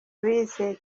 bise